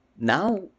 now